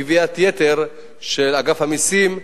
גביית יתר של אגף המסים,